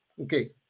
okay